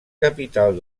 capital